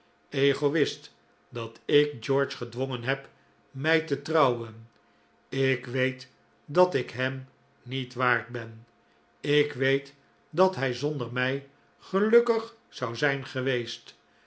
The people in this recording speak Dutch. egoist dat ik george gedwongen heb mij te trouwen ik weet dat ik hem niet waard ben ik weet dat hij zonder mij gelukkig zou zijn geweest